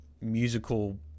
musical